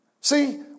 See